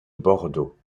bordeaux